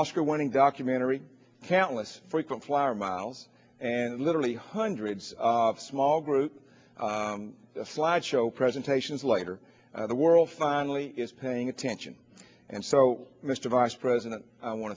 oscar winning documentary countless frequent flyer miles and literally hundreds of small group flags show presentations later the world finally is paying attention and so mr vice president i want